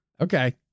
Okay